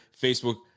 Facebook